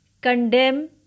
condemn